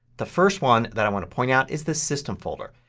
the first one that i want to point out is the system folder.